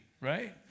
right